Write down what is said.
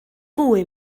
fwy